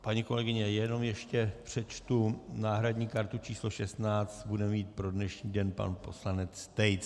Paní kolegyně, ještě jenom přečtu náhradní kartu číslo 16 bude mít pro dnešní den pan poslanec Tejc.